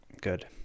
good